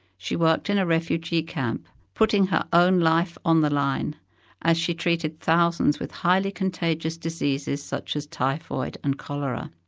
she worked in a refugee camp, putting her own life on the line as she treated thousands with highly contagious diseases such as typhoid and cholera.